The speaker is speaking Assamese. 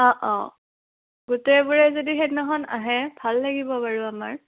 অঁ অঁ গোটেইবোৰে যদি সেইদিনাখন আহে ভাল লাগিব বাৰু আমাৰ